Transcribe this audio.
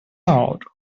out